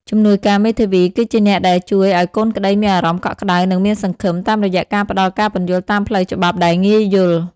ជំនួយការមេធាវីគឺជាអ្នកដែលជួយឱ្យកូនក្តីមានអារម្មណ៍កក់ក្តៅ និងមានសង្ឃឹម តាមរយៈការផ្តល់ការពន្យល់តាមផ្លូវច្បាប់ដែលងាយយល់។